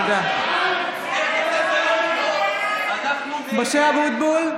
(קוראת בשמות חברי הכנסת) משה אבוטבול,